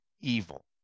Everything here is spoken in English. evil